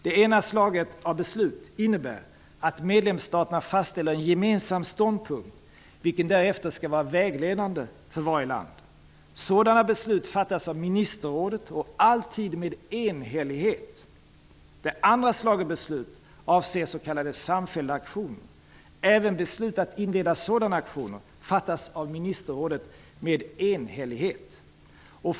Det ena slaget av beslut innebär att medlemsstaterna fastställer en gemensam ståndpunkt, vilken därefter skall vara vägledande för varje land. Sådana beslut fattas av ministerrådet och alltid med enhällighet. Det andra slaget av beslut avser s.k. samfällda aktioner. Även beslut att inleda sådana aktioner fattas av ministerrådet med enhällighet.